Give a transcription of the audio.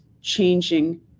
changing